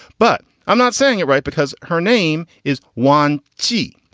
but i'm not saying you're right, because her name is one t.